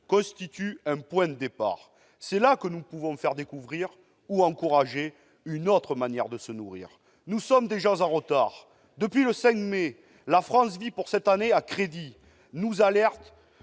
constitue un point de départ. C'est là que nous pouvons faire découvrir ou favoriser une autre manière de se nourrir. Nous sommes déjà en retard. Depuis le 5 mai, la France vit pour cette année à crédit, alertent